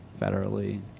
federally